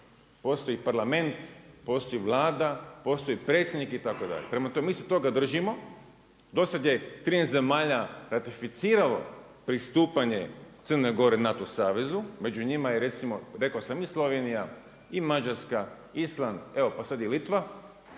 postoji Parlament, postoji Vlada, postoji predsjednik itd. Prema tome, mi se toga držimo, dosad je 13 zemalja ratificiralo pristupanje Crne Gore NATO savezu, među njima je recimo rekao sam i Slovenija, i Mađarska, Island, evo pa sad i Litva.